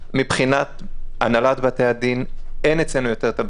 מבחינת הנהלת בתי הדין אין אצלנו יותר את הביורוקרטיה,